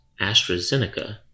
AstraZeneca